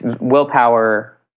willpower